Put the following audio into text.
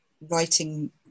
writing